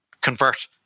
convert